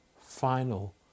final